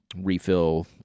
refill